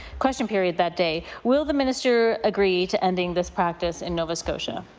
question period that day. will the minister agree to ending this practice in nova scotia?